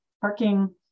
parking